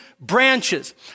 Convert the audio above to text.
branches